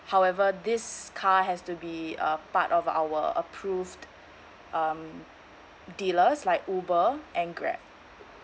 however this car has to be a part of our approved um dealers like Uber and Grab